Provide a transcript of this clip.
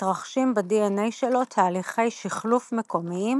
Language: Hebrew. מתרחשים ב-DNA שלו תהליכי שחלוף מקומיים